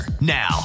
Now